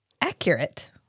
Accurate